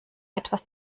etwas